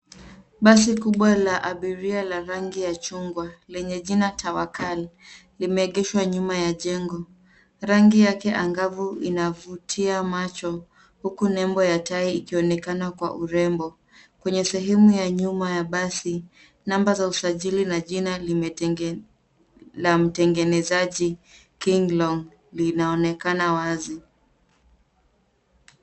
Basi kubwa la abiria la rangi ya chungwa lenye jina Tawakal limeegeshwa nyuma ya jengo. Rangi yake angavu inavutia macho huku nembo ya taa ikionekana kwa urembo. Kwenye sehemu ya nyuma ya basi, namba za usajili na jina la mtengenezaji King Long linaonekana wazi.